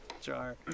jar